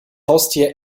haustier